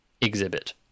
exhibit